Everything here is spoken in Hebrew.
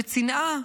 בצנעה,